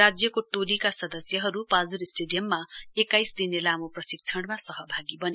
राज्यको टोलीका सदस्यहरू पाल्जोर स्टेडियममा एक्काइस दिने लामो प्रशिक्षणमा सहभागी बने